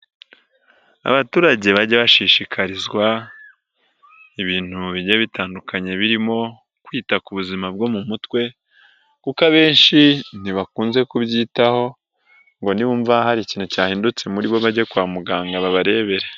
Abaturage bajya bashishikarizwa ibintu bijya bitandukanye birimo kwita ku buzima bwo mu mutwe kuko abenshi ntibakunze kubyitaho ngo nibumva hari ikintu cyahindutse muri bo bajye kwa muganga babarebere.